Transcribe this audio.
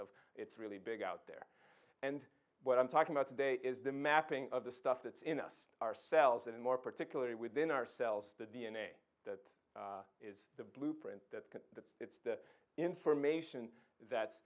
of it's really big out there and what i'm talking about today is the mapping of the stuff that's in us ourselves and more particularly within ourselves the d n a that is the blueprint that it's the information that's